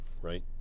right